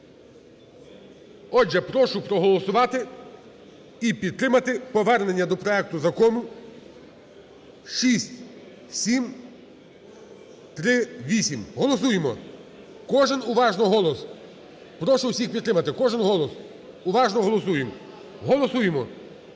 Отже, прошу проголосувати і підтримати повернення до проекту Закону 6738. Голосуємо. Кожен уважно голос, прошу всіх підтримати кожний голос. Уважно голосуємо. Голосуємо.